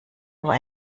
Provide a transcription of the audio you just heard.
nur